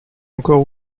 encore